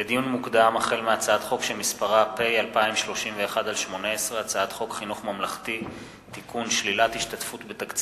לדיון מוקדם: החל בהצעת חוק פ/2031/18 וכלה בהצעת חוק פ/2062/18